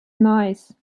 nice